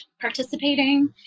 participating